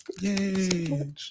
yay